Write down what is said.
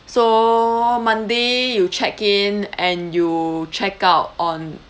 so monday you check in and you check out on